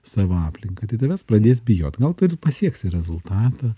savo aplinką tai tavęs pradės bijot gal tu ir pasiekti rezultatą